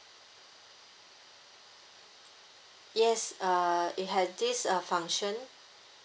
yes uh it has this uh function